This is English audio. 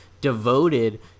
devoted